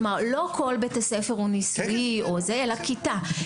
כלומר, לא כל בית ספר הוא ניסויי או זה, אלא כיתה.